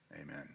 Amen